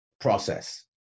process